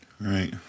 Right